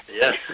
Yes